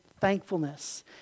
thankfulness